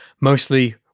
mostly